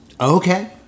Okay